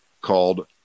called